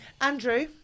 Andrew